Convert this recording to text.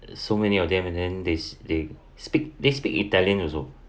so many of them and then they they speak they speak italian also